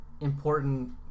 important